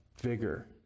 Vigor